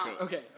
Okay